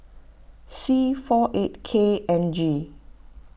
C four eight K N G